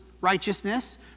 righteousness